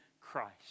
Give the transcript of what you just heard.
Christ